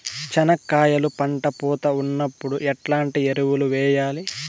చెనక్కాయలు పంట పూత ఉన్నప్పుడు ఎట్లాంటి ఎరువులు వేయలి?